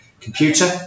computer